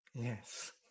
Yes